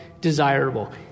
desirable